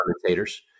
commentators